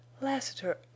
Lassiter